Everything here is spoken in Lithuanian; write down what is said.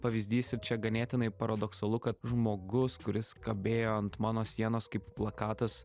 pavyzdys ir čia ganėtinai paradoksalu kad žmogus kuris kabėjo ant mano sienos kaip plakatas